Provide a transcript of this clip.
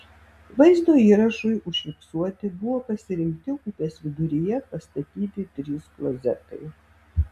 vaizdo įrašui užfiksuoti buvo pasirinkti upės viduryje pastatyti trys klozetai